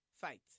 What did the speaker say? fight